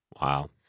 Wow